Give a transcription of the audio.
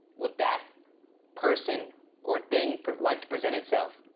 would that person or thing like to present itself?